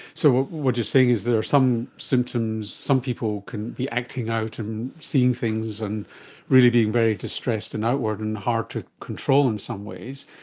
so what you're saying is there are some symptoms, some people can be acting out and seeing things and really being very distressed and outward and hard to control in some ways,